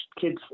kids